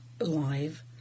alive